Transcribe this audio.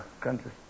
country